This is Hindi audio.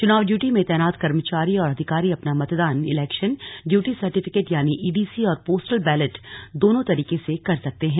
चुनाव ड्यूटी में तैनात कर्मचारी और अधिकारी अपना मतदान इलेक्शन ड्यूटी सर्टिफिकेट यानि ईडीसी और पोस्टल बैलट दोनों तरीके से कर सकते हैं